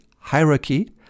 hierarchy